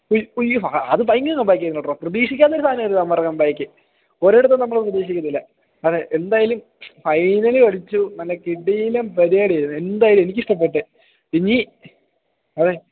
ഉയ് ഉയ്യോ അത് ഭയങ്കര കംബാക്കു ആയിരുന്നു കേട്ടോ പ്രതീക്ഷിക്കാത്ത ഒരു സാധനം ആയിരുന്നു അവന്മാരെ കംമ്പാക്ക് ഒരിടത്തും നമ്മളത് പ്രതീക്ഷിക്കുന്നില്ല അതെ എന്തായാലും ഫൈനലും അടിച്ചു നല്ല കിടിലം പരിപാടിയായിരുന്നു എന്തായാലും എനിക്കിഷ്ടപ്പെട്ട് ഇനി അതെ